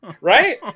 Right